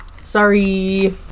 Sorry